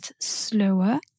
slower